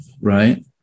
right